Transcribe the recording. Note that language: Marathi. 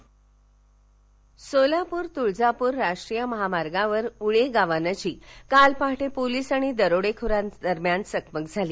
दरोडा सोलापर सोलापूर तुळजापूर राष्ट्रीय महामार्गावर उळे गावानजीक काल पहाटे पोलीस आणि दरोडेखोरांमध्ये चकमक झाली